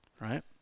right